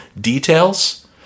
details